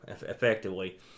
effectively